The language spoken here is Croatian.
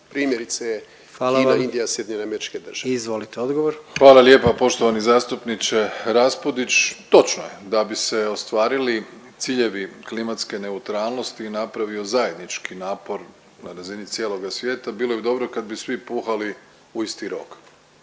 **Jandroković, Gordan (HDZ)** Izvolite odgovor. **Plenković, Andrej (HDZ)** Hvala lijepa poštovani zastupniče Raspudić. Točno je. Da bi se ostvarili ciljevi klimatske neutralnosti i napravio zajednički napor na razini cijeloga svijeta, bilo bi dobro kad bi svi puhali u isti rog.